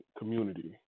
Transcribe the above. community